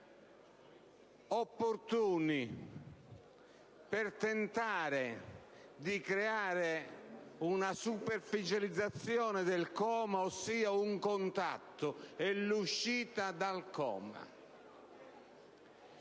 opportuna per tentare di creare una superficializzazione del coma, ossia un contatto e dunque l'uscita dal coma